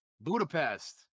Budapest